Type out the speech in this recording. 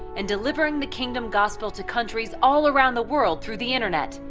and delivering the kingdom gospel to countries all around the world through the internet.